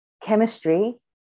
chemistry